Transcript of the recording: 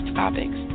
topics